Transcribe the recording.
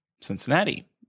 Cincinnati